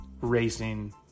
racing